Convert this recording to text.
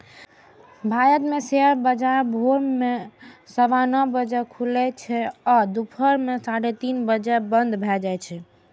भारत मे शेयर बाजार भोर मे सवा नौ बजे खुलै छै आ दुपहर मे साढ़े तीन बजे बंद भए जाए छै